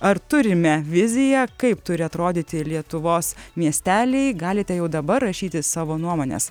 ar turime viziją kaip turi atrodyti lietuvos miesteliai galite jau dabar rašyti savo nuomones